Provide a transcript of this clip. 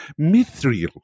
mithril